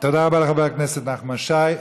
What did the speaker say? רבה לחבר הכנסת נחמן שי.